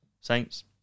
Saints